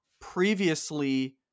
previously